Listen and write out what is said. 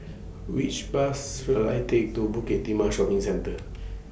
Which Bus should I Take to Bukit Timah Shopping Centre